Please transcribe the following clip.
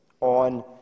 on